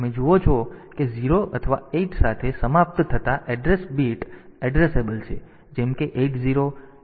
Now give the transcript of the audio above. તેથી તમે જુઓ છો કે 0 અથવા 8 સાથે સમાપ્ત થતા એડ્રેસ બીટ એડ્રેસેબલ છે જેમ કે 80 88 90 98 છે